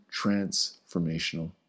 transformational